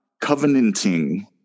covenanting